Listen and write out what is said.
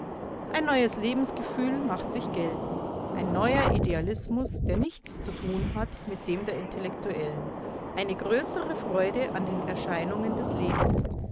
ein neues lebensgefühl macht sich geltend ein neuer idealismus der nichts zu tun hat mit dem der intellektuellen eine größere freude an den erscheinungen des lebens